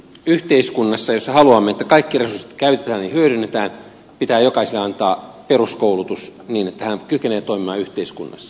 yhteiskunnassa jossa haluamme että kaikki resurssit käytetään ja hyödynnetään pitää jokaiselle antaa peruskoulutus niin että hän kykenee toimimaan yhteiskunnassa